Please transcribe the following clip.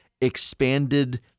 expanded